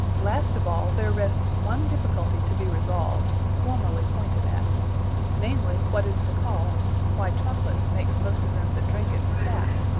last of all, there rests one difficulty to be resolved, formerly poynted at namely, what is the cause, why chocolate makes most of them that drinke it, fat.